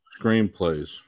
screenplays